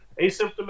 Asymptomatic